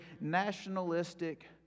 nationalistic